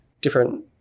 different